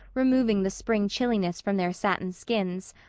removing the spring chilliness from their satin skins,